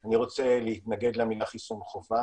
אני מבקשת לעבור לפרופסור מנחם רובינשטיין ממכון ויצמן